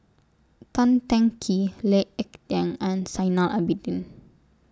Tan Teng Kee Lee Ek Tieng and Zainal Abidin